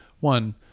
One